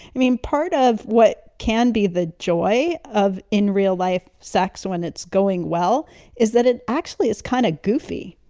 i mean, part of what can be the joy of in real life sex when it's going well is that it actually is kind of goofy.